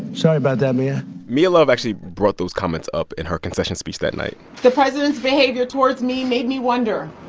sorry about that, mia mia love actually brought those comments up in her concession speech that night the president's behavior towards me made me wonder,